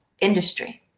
industry